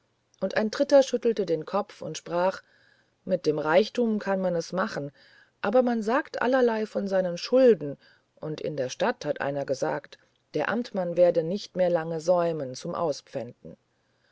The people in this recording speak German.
und ein dritter schüttelte den kopf und sprach mit dem reichtum kann man es machen man sagt allerlei von seinen schulden und in der stadt hat einer gesagt der amtmann werde nicht mehr lang säumen zum auspfänden